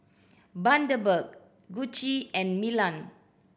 Bundaberg Gucci and Milan